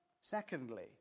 Secondly